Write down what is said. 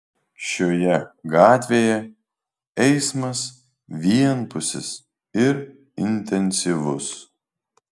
šioje gatvėje eismas vienpusis ir intensyvus